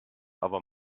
aber